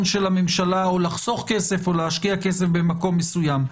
של הממשלה או לחסוך כסף או להשקיע כסף במקום מסוים.